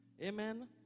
Amen